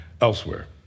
elsewhere